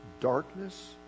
darkness